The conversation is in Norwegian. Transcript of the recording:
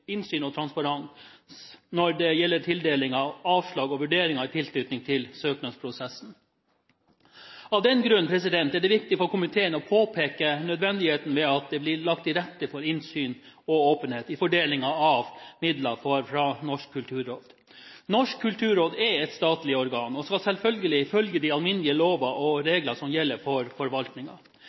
transparens når det gjelder tildelinger, avslag og vurderinger i tilknytning til søknadsprosessen. Av den grunn er det viktig for komiteen å påpeke nødvendigheten av at det blir lagt til rette for innsyn og åpenhet i fordelingen av midler fra Norsk kulturråd. Norsk kulturråd er et statlig organ og skal selvfølgelig følge de alminnelige lover og regler som gjelder for